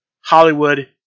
Hollywood